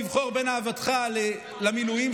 לבחור בין אהבתך למילואים,